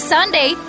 Sunday